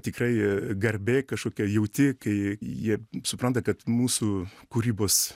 tikrai garbė kažkokią jauti kai jie supranta kad mūsų kūrybos